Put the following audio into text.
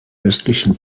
östlichen